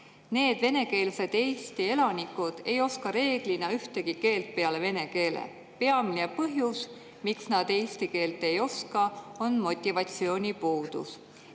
Need venekeelsed Eesti elanikud ei oska reeglina ühtegi keelt peale vene keele. Peamine põhjus, miks nad eesti keelt ei oska, on motivatsiooni puudus.